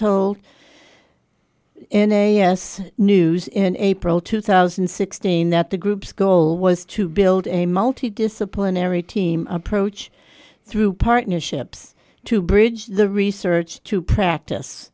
told in a us news in april two thousand and sixteen that the group's goal was to build a multidisciplinary team approach through partnerships to bridge the research to practice